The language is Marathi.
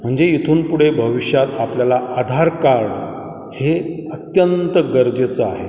म्हणजे इथून पुढे भविष्यात आपल्याला आधार कार्ड हे अत्यंत गरजेचं आहे